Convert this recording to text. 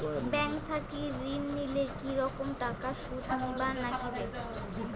Bank থাকি ঋণ নিলে কি রকম টাকা সুদ দিবার নাগিবে?